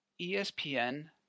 ESPN